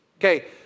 Okay